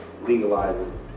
legalizing